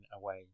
away